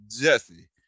jesse